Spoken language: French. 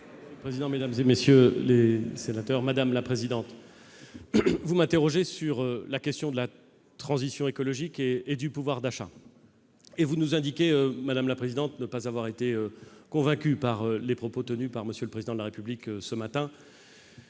Monsieur le président, mesdames, messieurs les sénateurs, madame la présidente Assassi, vous m'interrogez sur la question de la transition écologique et du pouvoir d'achat et vous nous indiquez ne pas avoir été convaincue par les propos tenus par M. le Président de la République ce matin.